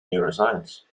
neuroscience